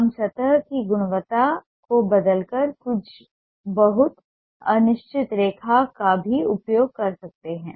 हम सतह की गुणवत्ता को बदलकर कुछ बहुत अनिश्चित रेखा का भी उपयोग कर सकते हैं